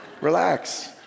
Relax